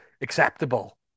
acceptable